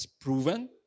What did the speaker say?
proven